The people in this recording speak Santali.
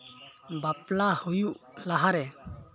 ᱵᱟᱯᱞᱟ ᱦᱩᱭᱩᱜ ᱞᱟᱦᱟᱨᱮ